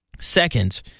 Second